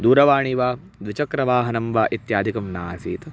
दूरवाणीं वा द्विचक्रवाहनं वा इत्यादिकं न आसीत्